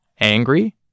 Angry